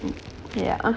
yeah